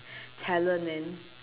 talent man